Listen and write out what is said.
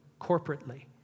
corporately